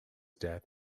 death